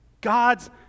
God's